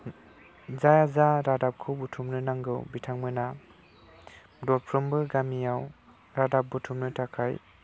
जा जा रादाबखौ बुथुमनो नांगौ बिथांमोना दरफ्रोमबो गामियाव रादाब बुथुमनो थाखाय